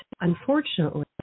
unfortunately